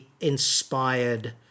inspired